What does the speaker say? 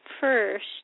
first